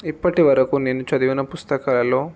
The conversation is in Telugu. ఇప్పటివరకు నేను చదివిన పుస్తకాలలో